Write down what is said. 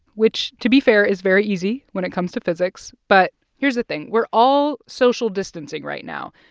which, to be fair, is very easy when it comes to physics. but here's the thing. we're all social distancing right now.